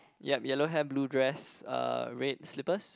yup yellow hair blue dress uh red slippers